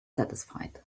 satisfied